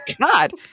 God